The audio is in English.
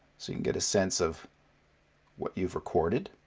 so you get a sense of what you've recorded.